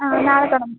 ആ നാളെ തുടങ്ങും